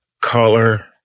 color